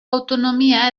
autonomia